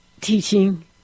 teaching